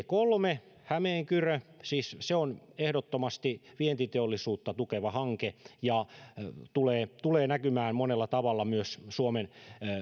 kolme hämeenkyrö on ehdottomasti vientiteollisuutta tukeva hanke ja tulee tulee näkymään monella tavalla myös suomen